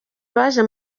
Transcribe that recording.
baje